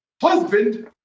husband